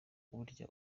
burya